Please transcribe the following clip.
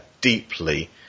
deeply